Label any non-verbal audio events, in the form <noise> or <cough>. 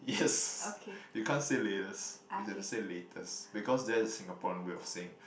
yes <laughs> you can't say latest you have to say latest because that is Singaporean way of saying